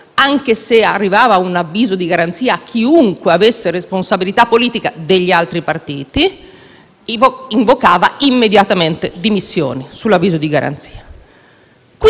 anche se arrivava un avviso di garanzia a chiunque avesse responsabilità politica - degli altri partiti - invocava immediatamente le dimissioni. Bastava l'avviso di garanzia.